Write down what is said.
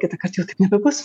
kitąkart jau taip nebebus